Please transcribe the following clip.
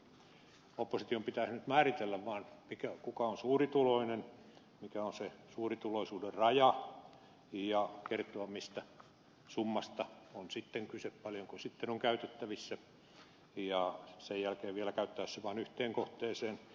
opposition pitäisi nyt määritellä vaan kuka on suurituloinen mikä on se suurituloisuuden raja ja kertoa mistä summasta on sitten kyse paljonko sitten on käytettävissä ja sen jälkeen vielä käyttää se vain yhteen kohteeseen